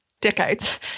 decades